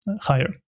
higher